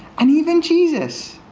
and even jesus,